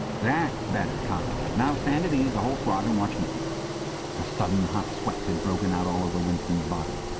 that's better, comrade. now stand at ease, the whole squad, and watch me a sudden hot sweat had broken out all over winston's body.